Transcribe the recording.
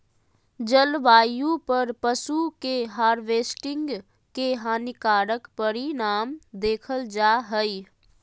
जलवायु पर पशु के हार्वेस्टिंग के हानिकारक परिणाम देखल जा हइ